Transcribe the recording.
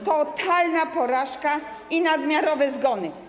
a to totalna porażka i nadmiarowe zgony.